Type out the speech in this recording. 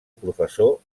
professor